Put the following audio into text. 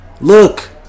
Look